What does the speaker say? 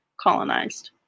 colonized